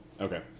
Okay